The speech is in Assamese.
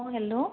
অঁ হেল্ল'